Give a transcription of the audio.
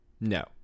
No